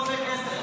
לא עולה כסף.